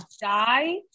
die